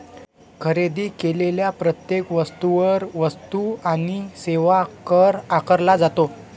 खरेदी केलेल्या प्रत्येक वस्तूवर वस्तू आणि सेवा कर आकारला जातो